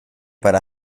para